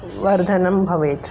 वर्धनं भवेत्